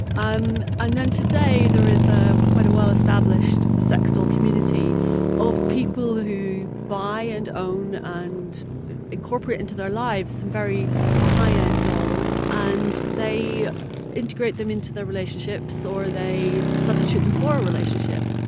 um and then today, there is ah quite a well-established sex doll community of people who buy and own ah and incorporate into their lives some very high-end dolls. dolls. and they integrate them into their relationships, or they substitute them for a relationship